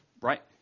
right